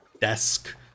desk